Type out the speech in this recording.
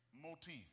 motif